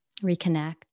Reconnect